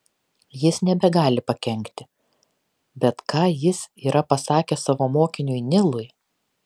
jis nebegali pakenkti bet ką jis yra pasakęs savo mokiniui nilui